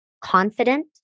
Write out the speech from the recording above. confident